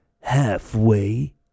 Halfway